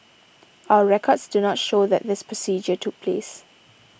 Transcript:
our records do not show that this procedure took place